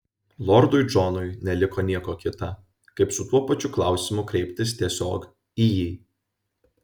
lordui džonui neliko nieko kita kaip su tuo pačiu klausimu kreiptis tiesiog į jį